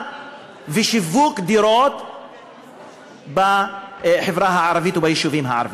ושיווק דירות בחברה הערבית וביישובים הערביים.